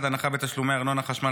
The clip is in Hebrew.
1. הגדרת זכאות והנפקת תעודת משרת,